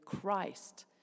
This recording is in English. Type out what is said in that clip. Christ